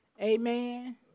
Amen